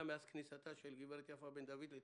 מאז כניסת הגב' יפה בן דויד לתפקידה.